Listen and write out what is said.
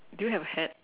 do you have a hat